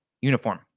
uniform